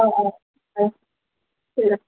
অ' অ' হয় ঠিক আছে